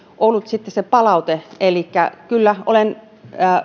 ollut sitten se palaute elikkä kyllä olen